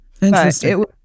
Interesting